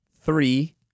three